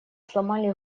сломали